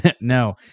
No